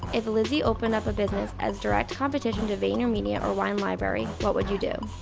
if lizzie opened up a business as direct competition to vaynermedia or wine library, what would you do?